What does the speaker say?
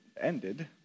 ended